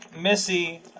Missy